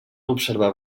observar